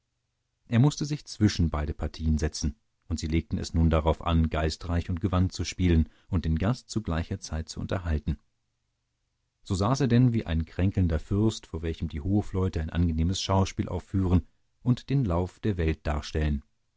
er mußte sich zwischen beide partien setzen und sie legten es nun darauf an geistreich und gewandt zu spielen und den gast zu gleicher zeit zu unterhalten so saß er denn wie ein kränkelnder fürst vor welchem die hofleute ein angenehmes schauspiel aufführen und den lauf der welt darstellen